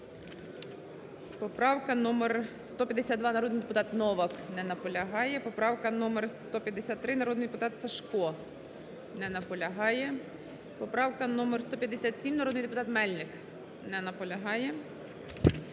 Поправка номер 152, народний депутат Новак. Не наполягає. Поправка номер 153, народний депутат Сажко. Не наполягає. Поправка номер 157, народний депутат Мельник. Не наполягає.